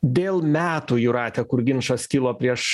dėl metų jūrate kur ginčas kilo prieš